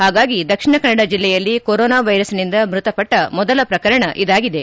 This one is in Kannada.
ಹಾಗಾಗಿ ದಕ್ಷಿಣ ಕನ್ನಡ ಜಿಲ್ಲೆಯಲ್ಲಿ ಕೊರೋನಾ ವೈರಸ್ನಿಂದ ಮೃತಪಟ್ಟ ಮೊದಲ ಪ್ರಕರಣ ಇದಾಗಿದೆ